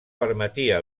permetia